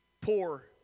poor